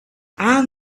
and